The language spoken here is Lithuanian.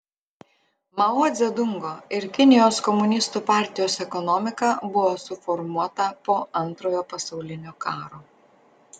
mao dzedungo ir kinijos komunistų partijos ekonomika buvo suformuota po antrojo pasaulinio karo